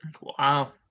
wow